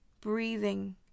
breathing